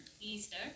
Easter